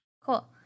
Cool